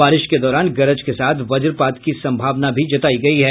बारिश के दौरान गरज के साथ वजपात की सम्भावना भी जतायी गयी है